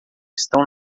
estão